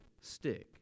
stick